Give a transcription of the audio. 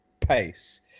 pace